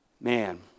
Man